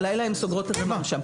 בלילה הן סוגרות את עצמן.